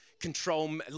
control